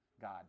God